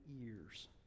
years